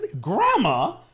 Grandma